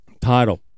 Title